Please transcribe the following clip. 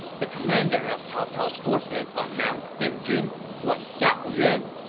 the commander of cao cao's forces on mount dingjun was xiahou yuan,